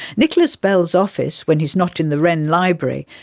nicolas bell's office, when he's not in the wren library,